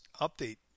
update